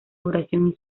duración